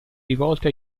rivolte